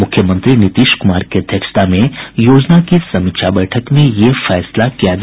मुख्यमंत्री नीतीश कुमार की अध्यक्षता में योजना की समीक्षा बैठक में ये फैसला किया गया